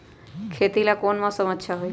खेती ला कौन मौसम अच्छा होई?